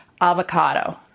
avocado